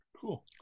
Cool